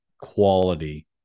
quality